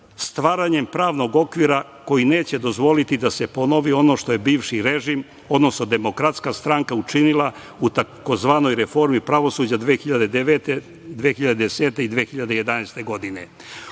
stvaranjem pravnog okvira koji neće dozvoliti da se ponovi ono što je bivši režim, odnosno Demokratska stranka učinila u tzv. reformi pravosuđa 2009, 2010. i 2011. godine.O